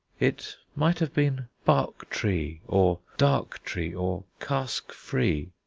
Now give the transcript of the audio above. it might have been bark tree or dark tree or cask free.